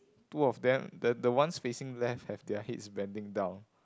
two of them the the ones facing left have their heads bending down